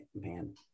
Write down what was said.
man